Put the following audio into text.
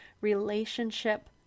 relationship